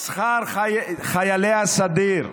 שכר חיילי הסדיר,